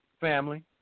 family